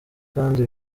kandi